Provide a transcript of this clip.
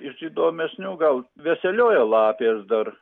iš įdomesnių gal veselioja lapės dar